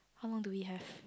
how long do we have